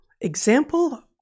Example